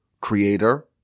creator